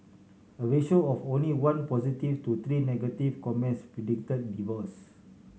a ratio of only one positive to three negative comments predict divorce